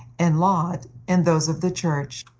and laud in those of the church.